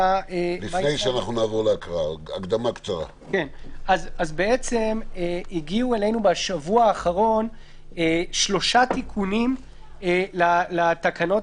בשבוע האחרון הגיעו אלינו שלושה תיקונים לתקנות